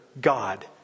God